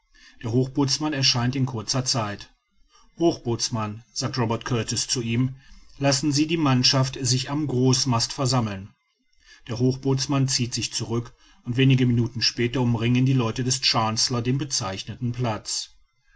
der hochbootsmann erscheint in kurzer zeit hochbootsmann sagt robert kurtis zu ihm lassen sie die mannschaften sich am großmast versammeln der hochbootsmann zieht sich zurück und wenige minuten später umringen die leute des chancellor den bezeichneten platz